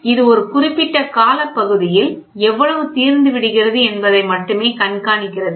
இது ஒரு குறிப்பிட்ட காலப்பகுதியில் எவ்வளவு தீர்ந்து விடுகிறது என்பதை மட்டுமே கண்காணிக்கிறது